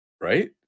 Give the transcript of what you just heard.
right